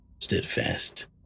steadfast